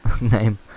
name